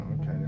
okay